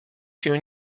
się